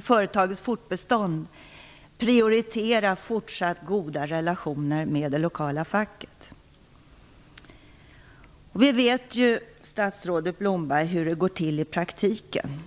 företagets fortbestånd måste arbetsgivaren prioritera fortsatt goda relationer med det lokala facket. Vi vet ju, statsrådet Blomberg, hur det går till i praktiken.